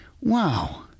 Wow